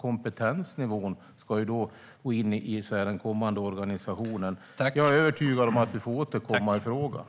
Kompetensnivån ska så att säga gå in i den kommande organisationen. Jag är övertygad om att vi får återkomma i frågan.